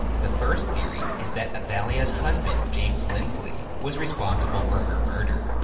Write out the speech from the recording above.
the first theory is that athalia's husband, james lindsley, was responsible for her murder.